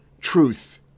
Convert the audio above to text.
truth